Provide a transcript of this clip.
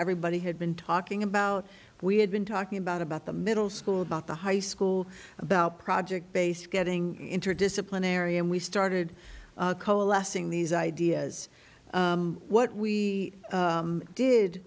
everybody had been talking about we had been talking about about the middle school about the high school about project base getting interdisciplinary and we started coalescing these ideas what we